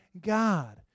god